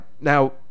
now